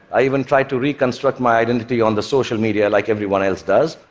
i even tried to reconstruct my identity on the social media like everyone else does.